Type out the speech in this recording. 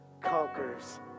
conquers